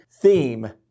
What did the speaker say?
theme